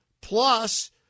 plus